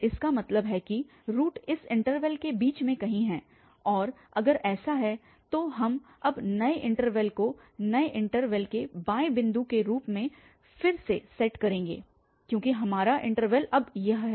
इसका मतलब है कि रूट इस इन्टरवल के बीच में कहीं है और अगर ऐसा है तो हम अब नए इन्टरवल को नए इन्टरवल के बाएं बिंदु के रूप में फिर से सेट करेंगे क्योंकि हमारा इन्टरवल अब यह है